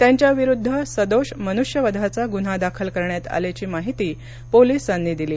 त्यांच्याविरुद्ध सदोष मनुष्यवधाचा गुन्हा दाखल करण्यात आल्याची माहिती पोलिसांनी दिली